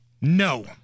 No